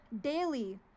daily